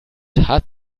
hat